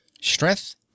strength